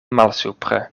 malsupre